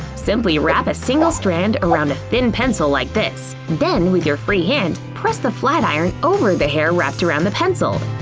simply wrap a single strand around a thin pencil like this. then with your free hand, press the flat iron over the hair wrapped around the pencil.